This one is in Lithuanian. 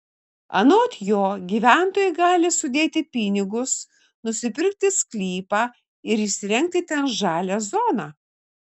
anot jo gyventojai gali sudėti pinigus nusipirkti sklypą ir įsirengti ten žalią zoną